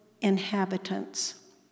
inhabitants